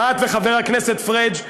את וחבר הכנסת פריג',